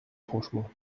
franchement